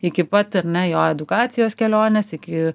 iki pat ar ne jo edukacijos kelionės iki